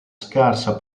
scarsa